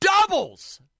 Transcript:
doubles